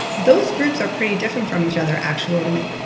those groups are pretty different from each other, actually.